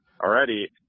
Already